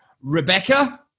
Rebecca